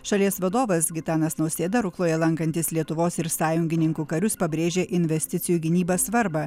šalies vadovas gitanas nausėda rukloje lankantis lietuvos ir sąjungininkų karius pabrėžė investicijų į gynybą svarbą